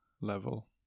level